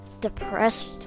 depressed